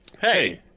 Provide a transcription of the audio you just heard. Hey